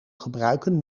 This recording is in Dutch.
gebruiken